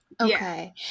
Okay